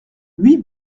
huit